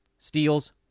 Steals